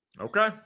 Okay